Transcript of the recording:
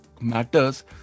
matters